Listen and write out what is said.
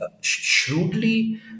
shrewdly